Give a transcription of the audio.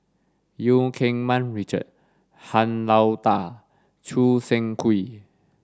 Eu Keng Mun Richard Han Lao Da Choo Seng Quee